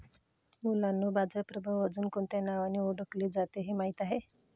मुलांनो बाजार प्रभाव अजुन कोणत्या नावाने ओढकले जाते हे माहित आहे?